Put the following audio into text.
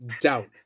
doubt